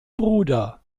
bruder